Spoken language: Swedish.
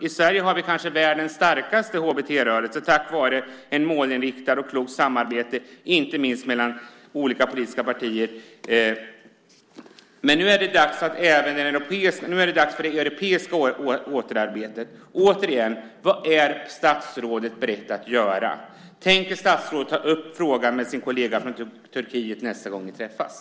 I Sverige har vi kanske världens starkaste HBT-rörelse tack vare ett målinriktat och klokt samarbete, inte minst mellan olika politiska partier. Nu är det dags för det europeiska arbetet. Återigen: Vad är statsrådet beredd att göra? Tänker statsrådet ta upp frågan med sin kollega från Turkiet nästa gång ni träffas?